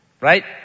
Right